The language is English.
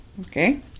okay